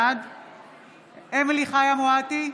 בעד אמילי חיה מואטי,